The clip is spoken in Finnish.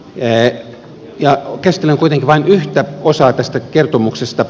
käsittelen kuitenkin vain yhtä osaa tästä kertomuksesta